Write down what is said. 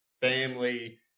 family